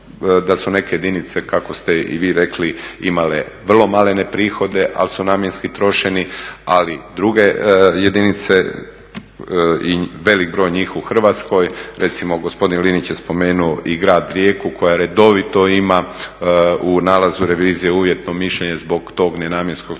da su neke jedinice kako ste i vi rekli imale vrlo malene prihode ali su namjenski trošeni, ali druge jedinice i velik broj njih u Hrvatskoj, recimo gospodin Linić je spomenuo i grad Rijeku koja redovito ima u nalazu revizije uvjetno mišljenje zbog tog nenamjenskog trošenja,